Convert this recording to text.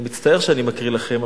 אני מצטער שאני מקריא לכם,